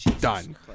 done